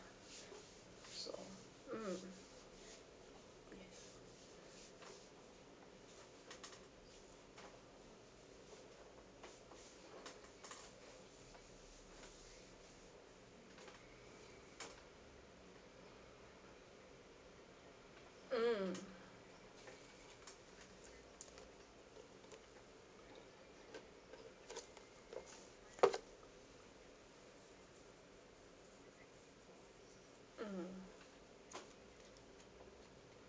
so mm yes mm mm